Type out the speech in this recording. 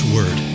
Word